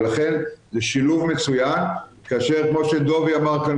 לכן זה שילוב מצוין כאשר כמו שדובי אמר כאן